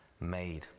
made